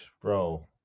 bro